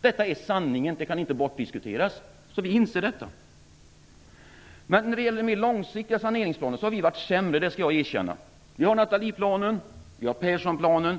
Detta är sanningen och den kan inte bortförklaras. Vi inser detta. Men när det gäller mer långsiktiga saneringsplaner har vi varit sämre. Det skall jag erkänna. Vi har Nathalieplanen och Perssonplanen.